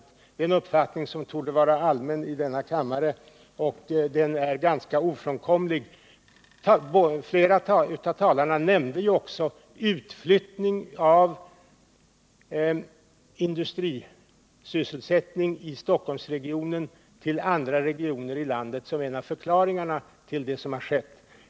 Det är en uppfattning som torde vara allmän här i denna kammare; ett par av talarna nämnde också utflyttningen av industrisysselsättning från Stockholmsregionen till andra regioner i landet som en av förklaringarna till det som har skett.